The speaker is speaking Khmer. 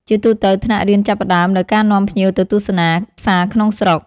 ជាទូទៅ ថ្នាក់រៀនចាប់ផ្តើមដោយការនាំភ្ញៀវទៅទស្សនា ផ្សារក្នុងស្រុក ។